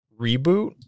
reboot